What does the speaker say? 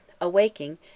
Awaking